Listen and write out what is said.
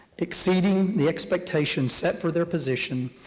exceeding the expectations set for their position,